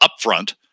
upfront